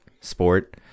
sport